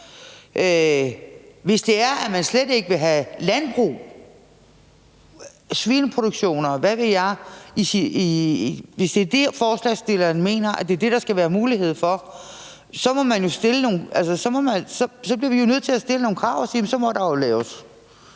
Hvis det er sådan, at man slet ikke vil have landbrug, svineproduktion, og hvad ved jeg – hvis det er det, forslagsstilleren mener at der skal være mulighed for – så bliver vi jo nødt til at stille nogle krav og sige, at der så må laves